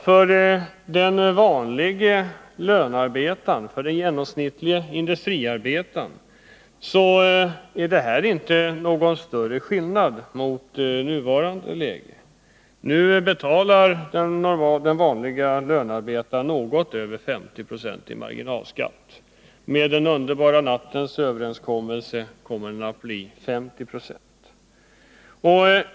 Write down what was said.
För den vanlige lönarbetaren, för den genomsnittlige industriarbetaren, kommer det inte att bli någon större skillnad jämfört med nuvarande läge. Nu betalar den vanlige lönarbetaren något över 50 96 i marginalskatt. Enligt den underbara nattens överenskommelse kommer marginalskatten att bli 50 20.